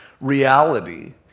reality